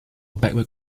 backward